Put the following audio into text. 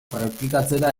praktikatzera